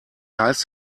heißt